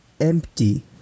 empty